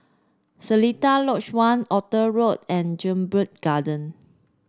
Seletar Lodge One Arthur Road and Jedburgh Garden